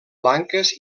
blanques